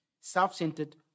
self-centered